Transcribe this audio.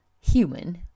human